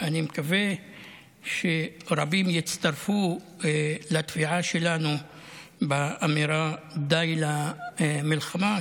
אני מקווה שרבים יצטרפו לתביעה שלנו באמירה "די למלחמה",